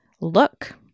Look